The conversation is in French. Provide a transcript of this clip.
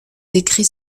écrits